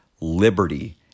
liberty